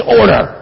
order